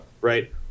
right